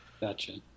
Gotcha